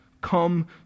come